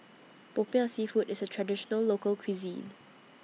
Popiah Seafood IS A Traditional Local Cuisine